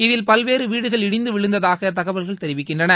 இதில் பல்வேறு வீடுகள் இடிந்து விழுந்ததாக தகவல்கள் தெரிவிக்கின்றன